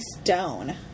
Stone